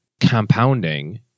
compounding